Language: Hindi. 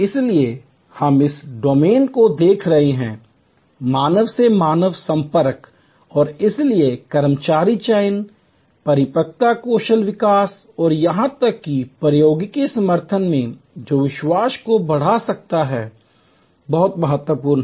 इसलिए हम इस डोमेन को देख रहे हैं मानव से मानव संपर्क और इसलिए कर्मचारी चयन पारस्परिक कौशल विकास और यहां तक कि प्रौद्योगिकी समर्थन में जो विश्वास को बढ़ा सकता है बहुत महत्वपूर्ण है